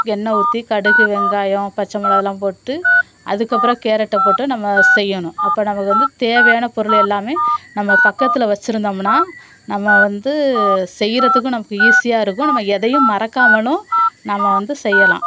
எண்ணெய் ஊற்றி கடுகு வெங்காயம் பச்சை மொளகாலாம் போட்டு அதுக்கப்புறம் கேரட்ட போட்டு நம்ம செய்யணும் அப்போ நமக்கு வந்து தேவையான பொருள் எல்லாமே நம்ம பக்கத்தில் வச்சுருதமுன்னா நம்ம வந்து செய்கிறதுக்கும் நமக்கு ஈஸியாக இருக்கும் நம்ம எதையும் மறக்காமணும் நம்ம வந்து செய்யலாம்